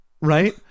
right